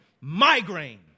Migraine